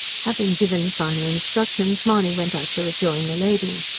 having given final instructions, mahony went out to rejoin the lady.